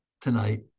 tonight